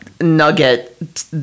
nugget